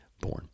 born